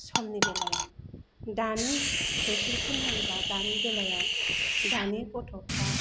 समनि बेलायाव दानि बोथोरखौ नायोबा दानि बेलायाव दानि गथ'फ्रा